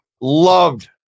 Loved